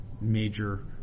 major